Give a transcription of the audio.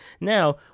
Now